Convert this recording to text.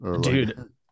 Dude